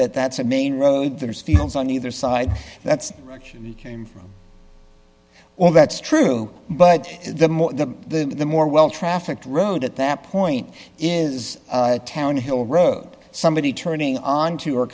that that's a main road there's fields on either side that's right well that's true but the more the the the more well trafficked road at that point is a town hill road somebody turning onto or